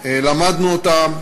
למדנו אותם,